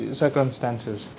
circumstances